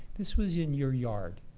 this was in your yard.